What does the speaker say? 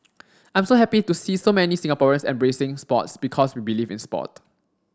I'm so happy to see so many Singaporeans embracing sports because we believe in sport